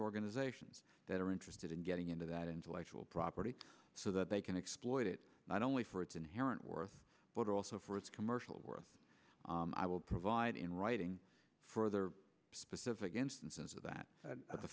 organizations that are interested in getting into that intellectual property so that they can exploit it not only for its inherent worth but also for its commercial work i will provide in writing further specific instances of that but the